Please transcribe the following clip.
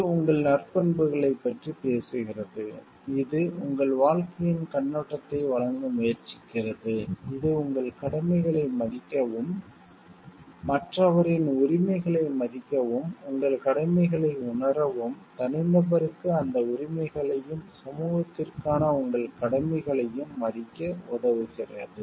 இது உங்கள் நற்பண்புகளைப் பற்றி பேசுகிறது இது உங்கள் வாழ்க்கையின் கண்ணோட்டத்தை வழங்க முயற்சிக்கிறது இது உங்கள் கடமைகளை மதிக்கவும் மற்றவரின் உரிமைகளை மதிக்கவும் உங்கள் கடமைகளை உணரவும் தனிநபருக்கு அந்த உரிமைகளையும் சமூகத்திற்கான உங்கள் கடமைகளையும் மதிக்க உதவுகிறது